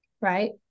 right